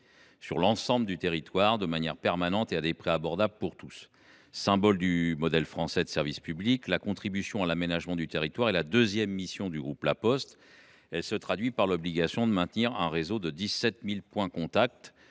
sur l’ensemble du territoire, et ce de manière permanente et à des prix abordables pour tous. Symbole du modèle français de service public, la contribution à l’aménagement du territoire est la deuxième mission du groupe La Poste. Elle se traduit par l’obligation de maintenir un réseau de 17 000 points de contact,